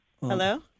Hello